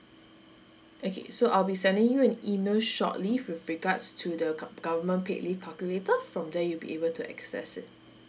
okay so I'll be sending you an email shortly with regards to the gov government paid leave calculator from there you'll be able to access it